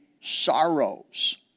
sorrows